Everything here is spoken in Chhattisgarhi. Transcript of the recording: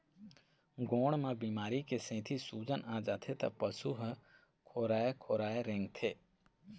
गोड़ म बेमारी के सेती सूजन आ जाथे त पशु ह खोराए खोराए रेंगथे